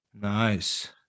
Nice